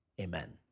amen